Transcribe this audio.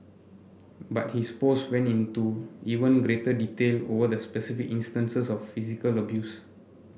but his post went into even greater detail over the specific instances of physical abuse